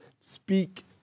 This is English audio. speak